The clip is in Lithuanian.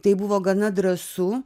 tai buvo gana drąsu